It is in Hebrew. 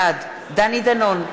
בעד דני דנון,